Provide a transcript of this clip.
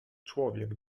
człowiek